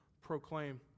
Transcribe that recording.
proclaim